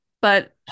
but-